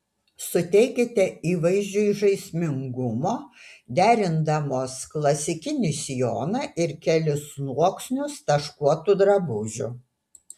suteikite įvaizdžiui žaismingumo derindamos klasikinį sijoną ir kelis sluoksnius taškuotų drabužių